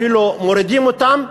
אפילו מורידים אותם,